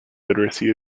literacy